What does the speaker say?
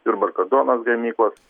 jurbarko duonos gamyklos